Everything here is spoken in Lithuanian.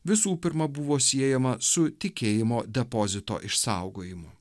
visų pirma buvo siejama su tikėjimo depozito išsaugojimu